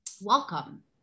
Welcome